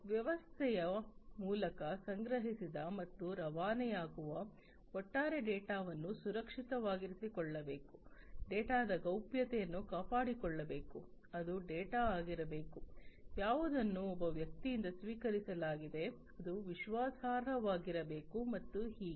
ವ್ಯವಸ್ಥೆಯ ಮೂಲಕ ಸಂಗ್ರಹಿಸಿದ ಮತ್ತು ರವಾನೆಯಾಗುವ ಒಟ್ಟಾರೆ ಡೇಟಾವನ್ನು ಸುರಕ್ಷಿತವಾಗಿರಿಸಿಕೊಳ್ಳಬೇಕು ಡೇಟಾದ ಗೌಪ್ಯತೆಯನ್ನು ಕಾಪಾಡಿಕೊಳ್ಳಬೇಕು ಅದು ಡೇಟಾ ಆಗಿರಬೇಕು ಯಾವುದನ್ನು ಒಬ್ಬ ವ್ಯಕ್ತಿಯಿಂದ ಸ್ವೀಕರಿಸಲಾಗಿದೆ ಅದು ವಿಶ್ವಾಸಾರ್ಹವಾಗಿರಬೇಕು ಮತ್ತು ಹೀಗೆ